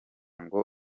ngo